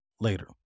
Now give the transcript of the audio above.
later